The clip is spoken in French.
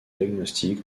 diagnostic